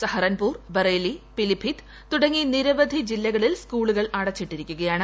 സഹറൻപൂർ ബറേലി പിലിഭിത്ത് തുടങ്ങി നിരവധി ജില്ലകളിൽ സ്കൂളുകൾ അടച്ചിട്ടിരിക്കുകയാണ്